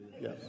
Yes